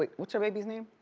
like what's her baby's name?